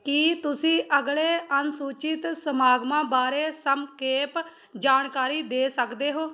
ਕੀ ਤੁਸੀਂ ਅਗਲੇ ਅਨੁਸੂਚਿਤ ਸਮਾਗਮਾਂ ਬਾਰੇ ਸੰਖੇਪ ਜਾਣਕਾਰੀ ਦੇ ਸਕਦੇ ਹੋ